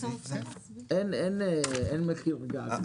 אין מחיר גג.